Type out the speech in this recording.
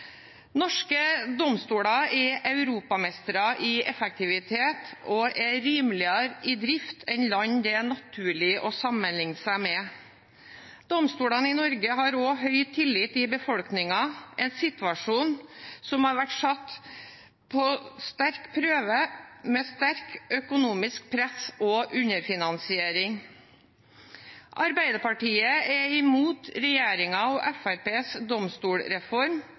Norske domstoler er europamestere i effektivitet og er rimeligere i drift enn i land det er naturlig å sammenligne seg med. Domstolene i Norge har også høy tillit i befolkningen, en situasjon som har vært satt på stor prøve med sterkt økonomisk press og underfinansiering. Arbeiderpartiet er imot regjeringen og